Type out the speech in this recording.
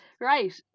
right